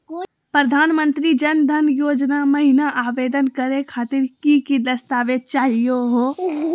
प्रधानमंत्री जन धन योजना महिना आवेदन करे खातीर कि कि दस्तावेज चाहीयो हो?